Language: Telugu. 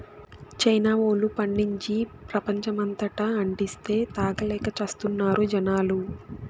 చైనా వోల్లు పండించి, ప్రపంచమంతటా అంటిస్తే, తాగలేక చస్తున్నారు జనాలు